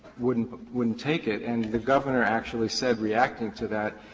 wouldn't wouldn't take it and the governor actually said, reacting to that,